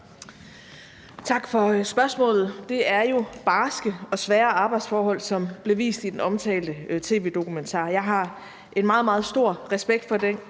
Tak for spørgsmålet. Det er jo barske og svære arbejdsforhold, som blev vist i den omtalte tv-dokumentar. Jeg har en meget, meget stor respekt for den